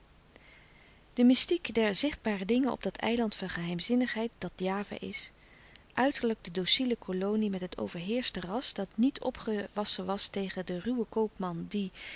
de mystiek der zichtbare dingen op dat eiland van geheimzinnigheid dat java is uiterlijk de dociele kolonie met het overheerschte ras dat niet opgewassen was tegen den ruwen koopman die